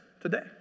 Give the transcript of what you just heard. today